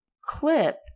clip